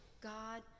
God